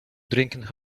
drinking